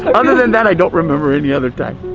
other than that, i don't remember any other time.